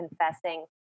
confessing